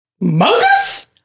Moses